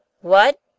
What